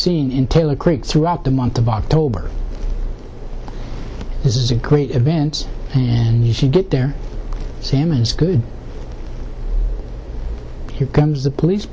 creek throughout the month of october this is a great event and you should get there salmon is good here comes the police